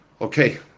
Okay